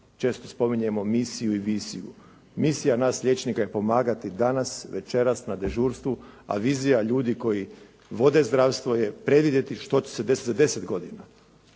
često spominjemo misiju i viziju. Misija nas liječnika je pomagati danas, večeras na dežurstvu. A vizija ljudi koji vode zdravstvo je predvidjeti što će se desiti za 10 godina,